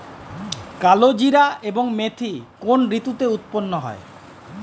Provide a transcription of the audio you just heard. কালোজিরা এবং মেথি কোন ঋতুতে উৎপন্ন হয়?